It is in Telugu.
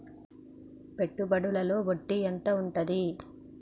పెట్టుబడుల లో వడ్డీ ఎంత ఉంటది?